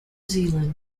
zealand